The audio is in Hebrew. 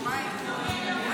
מתנגדים.